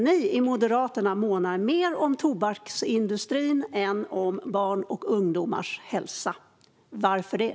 Ni i Moderaterna månar mer om tobaksindustrin än om barns och ungdomars hälsa. Varför det?